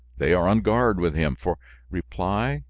they are on guard with him for reply,